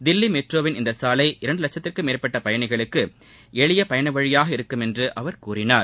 தில்லி மெட்ரோவின் இந்த சாலை இரண்டு வட்சத்திற்கும் மேற்பட்ட பயணிகளுக்கு எளிய பயண வழியாக இருக்கும் என்று அவர் கூறினார்